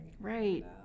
Right